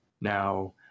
Now